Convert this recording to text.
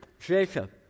Jacob